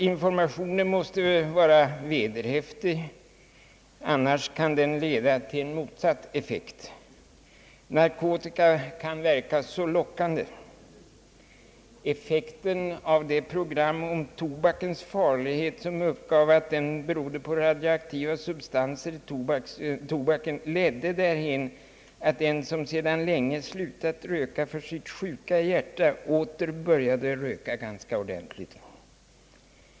Informationen måste vara vederhäftig, annas kan den leda till en motsatt effekt. Narkotika kan verka så lockande. Effekten av det program om tobakens farlighet som uppgav att den berodde på radioaktiva substanser i tobaken ledde i ett fall därhän att en person som sedan länge slutat röka för sitt sjuka hjärta åter började röka ganska ordentligt.